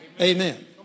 Amen